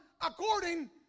according